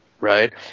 right